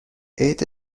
عید